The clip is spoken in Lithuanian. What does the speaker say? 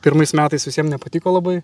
pirmais metais visiem nepatiko labai